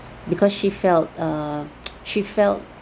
because she felt err she felt